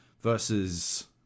...versus